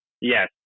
Yes